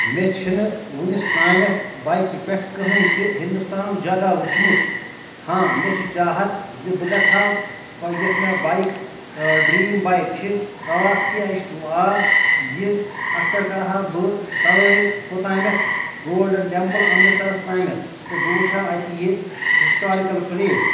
مےٚ چھِنہٕ وُنِس تامیٚتھ بایکہِ پٮ۪ٹھ کٕہٲنۍ تہِ ہندوستانُک جگہ وُچھمُت ہاں مےٚ چھُ چاہت زِ بہٕ گژھہٕ ہاو یۄس مےٚ بایِک ٲں ڈرٛیٖم بایِک چھِ کواسکی ایچ ٹوٗ آر یہِ اَتھ پٮ۪ٹھ کَرٕہا بہٕ سوٲرۍ کوتامیٚتھ گولڈَن ٹیٚمپٕل اَمرِتسَرَس تامیٚتھ تہٕ بہٕ وُچھہِ ہا اَتہِ یہِ ہِسٹارِکَل پٕلیس